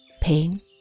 pain